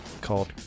called